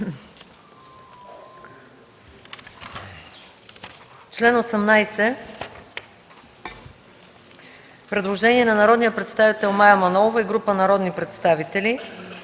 33 има предложение на народния представител Мая Манолова и група народни представители.